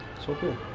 so cool.